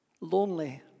lonely